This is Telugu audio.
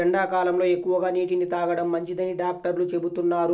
ఎండాకాలంలో ఎక్కువగా నీటిని తాగడం మంచిదని డాక్టర్లు చెబుతున్నారు